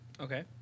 Okay